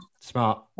Smart